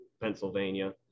Pennsylvania